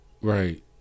Right